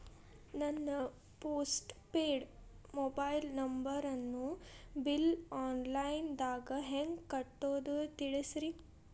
ನನ್ನ postpaid mobile ನಂಬರನ್ನು bill online ದಾಗ ಹೆಂಗ್ ಕಟ್ಟೋದು ತಿಳಿಸ್ರಿ